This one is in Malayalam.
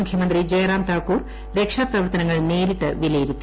മുഖ്യമന്ത്രി ജയറാം താക്കൂർ രക്ഷാപ്രവർത്തനങ്ങൾ നേരിട്ട് വിലയിരുത്തി